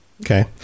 okay